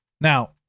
Now